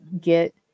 get